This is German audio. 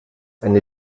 eine